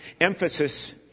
emphasis